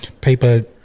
paper